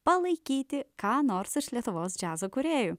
palaikyti ką nors iš lietuvos džiazo kūrėjų